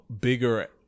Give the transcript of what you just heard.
bigger